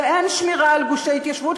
ואין שמירה על גושי ההתיישבות,